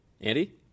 Andy